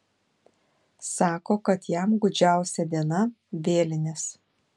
sako kad jam gūdžiausia diena vėlinės